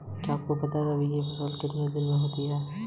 किसानों के लिए कितनी योजनाएं हैं?